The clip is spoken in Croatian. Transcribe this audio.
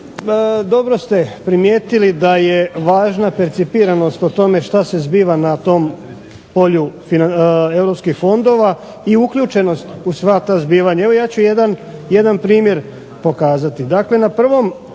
dobro ste primijetili da je važna percipiranost o tome što se zbiva na tom polju europskih fondova i uključenost u sva ta zbivanja. Evo ja ću jedan primjer pokazati.